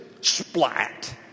Splat